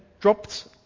dropped